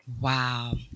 Wow